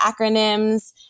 acronyms